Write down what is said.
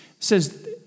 says